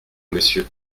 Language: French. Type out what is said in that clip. monsieur